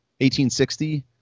1860